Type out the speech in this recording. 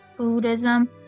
Buddhism